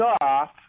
off